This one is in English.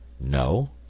no